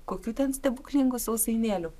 kokių ten stebuklingų sausainėlių